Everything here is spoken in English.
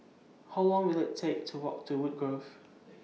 How Long Will IT Take to Walk to Woodgrove